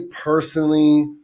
personally